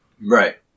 Right